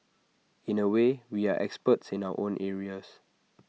in A way we are experts in our own areas